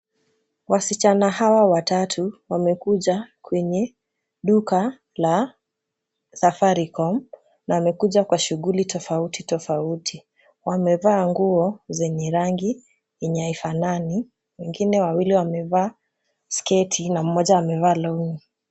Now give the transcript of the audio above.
Wasichana hawa watatu wamekuja kwenye duka la safaricom na wamekuja kwa shughuli tofauti tofauti. Wamevaa nguo zenye rangi yenye haifanani wengine wawili wamevaa sketi na mmoja amevaa longi